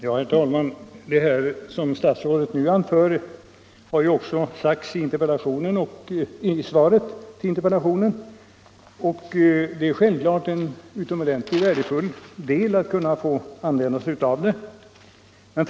Herr talman! Vad statsrådet nu anförde har också sagts i svaret på interpellationen. Det är självklart utomordentligt värdefullt att kunna få använda sig av sysselsättningsstödet.